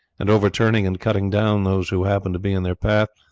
and overturning and cutting down those who happened to be in their path,